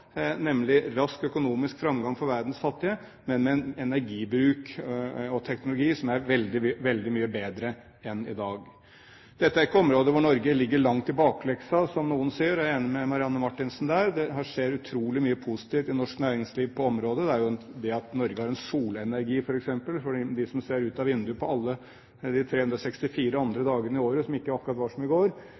nemlig rask økonomisk framgang for verdens fattige, men med en energibruk og teknologi som er veldig mye bedre enn den vi har i dag. Dette er ikke områder hvor Norge ligger langt etter og kommer i bakleksa, som noen sier, jeg er enig med Marianne Marthinsen der. Det skjer utrolig mye positivt i norsk næringsliv på området. Det at Norge f.eks. har en solenergiindustri, er, når man ser ut av vinduet alle de 365 dagene i året – ikke alle er akkurat som i går